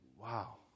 wow